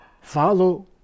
follow